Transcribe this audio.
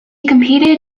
competed